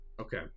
Okay